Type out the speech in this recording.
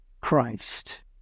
Christ